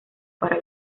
para